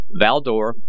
Valdor